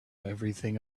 everything